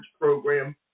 program